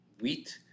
wheat